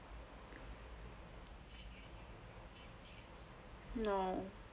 no